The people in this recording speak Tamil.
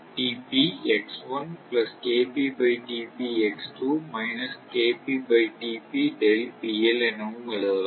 இதை எனவும் எழுதலாம்